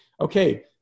okay